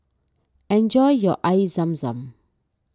enjoy your Air Zam Zam